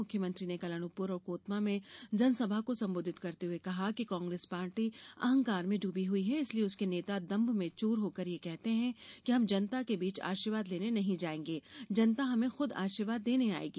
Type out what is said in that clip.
मुख्यमंत्री ने कल अनुपपूर और कोतमा में जनसभा को संबोधित करते हुए कहा कि कांग्रेस पार्टी अहंकार में डूबी हुई है इसीलिए उसके नेता दंभ में चूर होकर यह कहते है कि हम जनता के बीच आशीर्वाद लेने नहीं जायेंगे जनता हमें खूद आशीर्वाद देने आयेगी